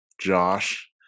Josh